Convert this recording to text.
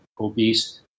obese